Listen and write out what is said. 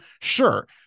sure